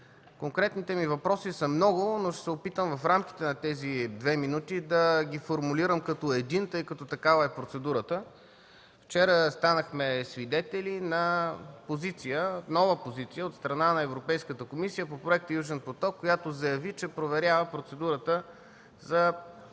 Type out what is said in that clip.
Конкретните ми въпроси са много, но ще се опитам в рамките на тези две минути да ги формулирам като един, тъй като такава е процедурата. Вчера станахме свидетели на нова позиция от страна на Европейската комисия по проекта „Южен поток”, която заяви, че проверява процедурата, а тя